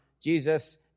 Jesus